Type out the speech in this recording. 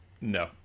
No